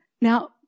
Now